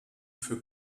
für